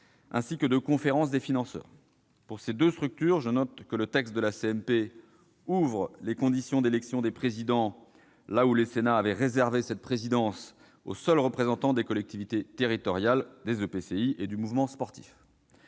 ainsi que de conférences des financeurs. Pour ces deux structures, je note que le texte de la commission mixte paritaire ouvre les conditions d'élection des présidents là où le Sénat avait réservé cette présidence aux seuls représentants des collectivités territoriales, des EPCI et du mouvement sportif.